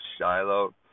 Shiloh